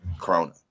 Corona